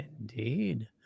Indeed